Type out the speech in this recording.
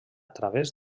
través